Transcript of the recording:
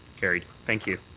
carried. thank you.